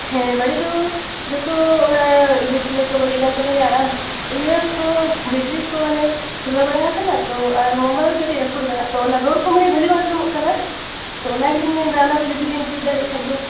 ᱦᱮᱸ ᱵᱟᱹᱲᱤᱡ ᱫᱚ ᱡᱚᱛᱚ ᱚᱱᱟ ᱰᱤᱥᱯᱞᱮᱹ ᱠᱚ ᱵᱟᱹᱲᱤᱡ ᱟᱠᱟᱱ ᱛᱟᱹᱞᱤᱧᱟ ᱟᱨ ᱤᱭᱟᱹᱠᱚ ᱵᱤᱴᱨᱤ ᱠᱚ ᱢᱟᱱᱮ ᱯᱷᱩᱞᱟᱹᱣ ᱵᱟᱲᱟ ᱟᱠᱟᱱᱟ ᱛᱳ ᱟᱨ ᱢᱳᱵᱟᱭᱤᱞ ᱠᱟᱹᱴᱤᱡ ᱨᱟᱹᱯᱩᱫ ᱠᱟᱱᱟ ᱛᱳ ᱚᱱᱟ ᱨᱚᱲ ᱠᱚ ᱵᱷᱟᱹᱞᱤ ᱵᱟᱝ ᱟᱸᱡᱚᱢᱚᱜ ᱠᱟᱱᱟ ᱛᱳ ᱚᱱᱟ ᱜᱮᱞᱤᱧ ᱢᱮᱱᱮᱫᱟ ᱚᱱᱟ ᱠᱚ ᱡᱩᱫᱤ ᱵᱮᱱ ᱡᱩᱛ ᱫᱟᱲᱮᱭᱟᱜ ᱠᱷᱟᱱ ᱫᱚ